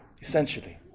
essentially